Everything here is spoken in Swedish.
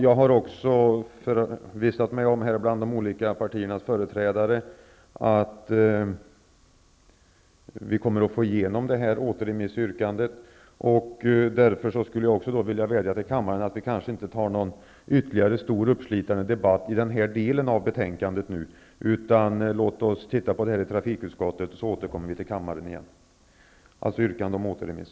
Jag har bland de olika partiernas företrädare förvissat mig om att vi kommer att få igenom återremissyrkandet. Därför vädjar jag till kammaren att inte ta någon ytterligare stor, uppslitande debatt om den här delen av betänkandet. Låt oss se över detta i trafikutskottet, så återkommer vi till kammaren igen. Jag yrkar således på återremiss.